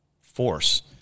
force